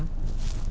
ah